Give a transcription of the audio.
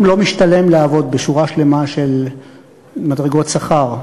היום לא משתלם לעבוד בשורה שלמה של מדרגות שכר.